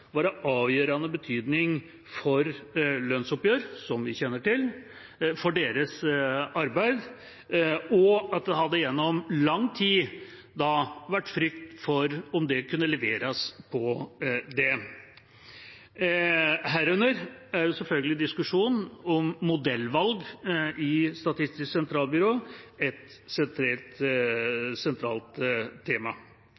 avgjørende betydning for lønnsoppgjør, som vi kjenner til, og for deres arbeid, og at det gjennom lang tid hadde vært frykt for om det kunne leveres på det. Herunder er selvfølgelig en diskusjon om modellvalg i Statistisk sentralbyrå et